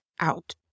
out